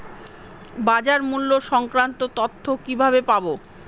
বাজার মূল্য সংক্রান্ত তথ্য কিভাবে পাবো?